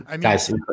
guys